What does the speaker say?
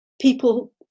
people